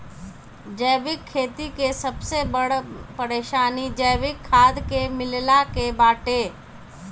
जैविक खेती के सबसे बड़ परेशानी जैविक खाद के मिलला के बाटे